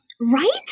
Right